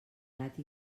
gat